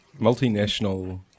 Multinational